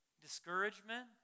Discouragement